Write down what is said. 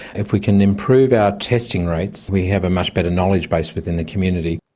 if we can improve our testing rates we have a much better knowledge base within the community.